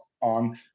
on